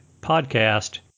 podcast